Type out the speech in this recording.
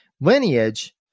lineage